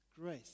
Grace